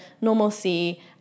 normalcy